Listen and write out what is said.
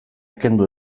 kendu